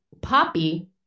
poppy